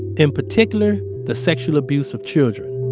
in particular, the sexual abuse of children.